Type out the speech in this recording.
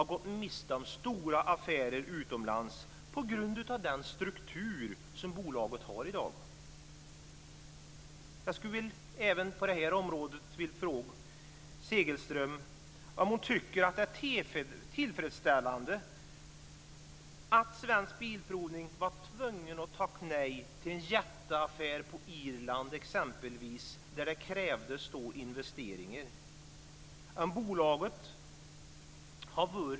Jag skulle även på det här området vilja fråga Segelström om hon tycker att det är tillfredsställande att Svensk Bilprovning var tvungen att tacka nej till exempelvis en jätteaffär på Irland där det krävdes investeringar.